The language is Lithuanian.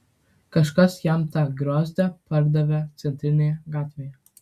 kažkas jam tą griozdą pardavė centrinėje gatvėje